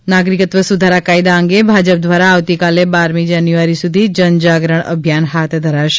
ત નાગરિકત્વ સુધારા કાયદા અંગે ભાજપ દ્વારા આવતીકાલે બારમી જાન્યુઆરી સુધી જનજાગરણ અભિયાન હાથ ધરાશે